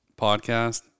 podcast